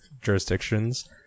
jurisdictions